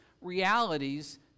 realities